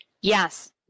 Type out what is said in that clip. Yes